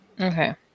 Okay